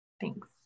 Thanks